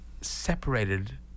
separated